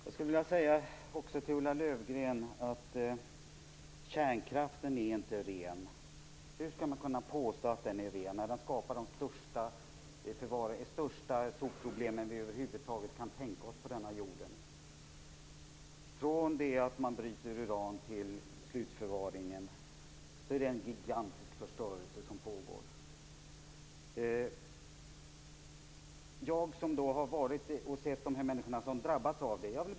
Fru talman! Ulla Löfgren, kärnkraften är inte ren. Hur skall man kunna påstå att den är det? Den skapar ju de största sopproblem som över huvud taget tänkas kan på denna jord. Alltifrån uranbrytningen till slutförvaringen är det en gigantisk förstörelse som pågår. Jag har sett människor som drabbats.